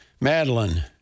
Madeline